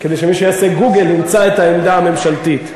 כדי שמי שיעשה גוגל ימצא את העמדה הממשלתית.